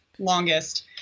longest